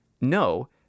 no